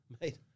mate